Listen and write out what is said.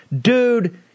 Dude